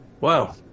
Wow